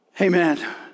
Amen